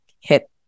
hit